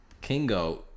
Kingo